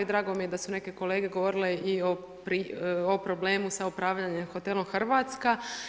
Drago mi je da su neke kolege govorile i o problemu sa upravljanjem hotelom Hrvatska.